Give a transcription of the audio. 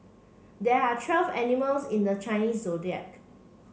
there are twelve animals in the Chinese Zodiac